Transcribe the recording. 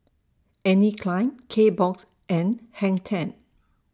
Anne Klein Kbox and Hang ten